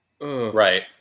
Right